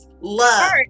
love